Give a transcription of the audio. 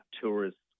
tourists